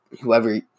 whoever